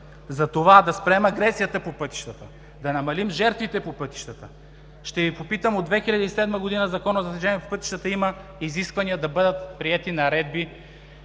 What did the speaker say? за това да спрем агресията по пътищата, да намалим жертвите по пътищата, ще Ви попитам: от 2007 г. в Закона за движение по пътищата има изисквания да бъдат приети наредби